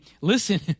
listen